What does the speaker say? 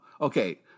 Okay